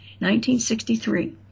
1963